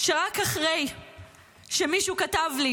שרק אחרי שמישהו כתב לי: